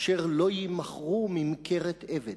אשר לא יימכרו ממכרת עבד.